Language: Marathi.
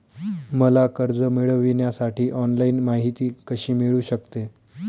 मला कर्ज मिळविण्यासाठी ऑनलाइन माहिती कशी मिळू शकते?